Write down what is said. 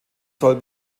soll